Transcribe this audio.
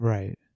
Right